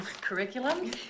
curriculum